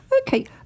okay